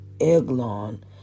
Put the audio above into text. Eglon